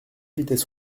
vitesse